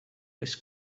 oes